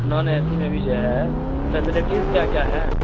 naan AC سی میں ابھی جو ہے فیسیلیٹیز کیا کیا ہے